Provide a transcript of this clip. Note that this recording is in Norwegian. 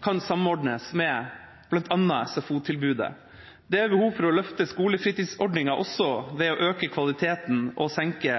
kan samordnes med bl.a. SFO-tilbudet. Det er behov for å løfte skolefritidsordningen også ved å øke kvaliteten og senke